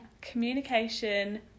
communication